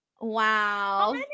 Wow